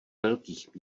velkých